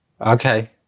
Okay